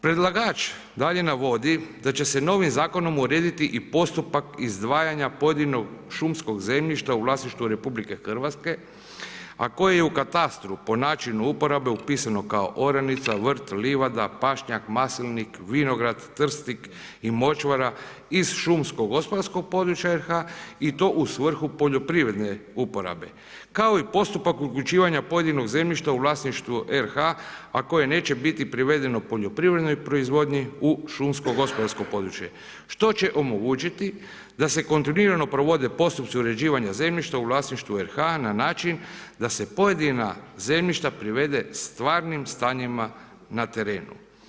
Predlagač dalje navodi da će se novim zakonom urediti i postupak izdvajanja pojedinog šumskog zemljišta u vlasništvu RH a koji je u katastru po načinu uporabe upisano kao oranica, vrt, livada, pašnjak, maslinik, vinograd, trstik i močvara iz šumskogospodarskog područja RH i to u svrhu poljoprivredne uporabe kao i postupak uključivanja pojedinog zemljišta u vlasništvu RH a koje neće biti privedeno poljoprivrednoj proizvodnji u šumskogospodarsko područje što će omogućiti da se kontinuirano provode postupci uređivanja zemljišta u vlasništvu RH na način da se pojedina zemljišta privedu stvarnim stanjima na terenu.